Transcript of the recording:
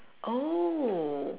oh